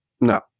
No